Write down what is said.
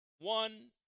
one